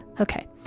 Okay